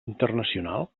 internacional